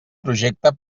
projecte